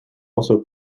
also